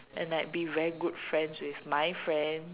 and like be very good friends with my friend